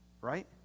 Right